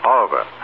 Oliver